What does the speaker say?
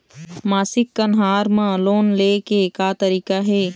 मासिक कन्हार म लोन ले के का तरीका हे?